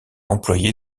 employée